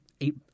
eight